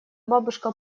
бабушка